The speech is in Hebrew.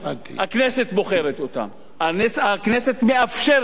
הכנסת בוחרת אותם, הכנסת מאפשרת להם.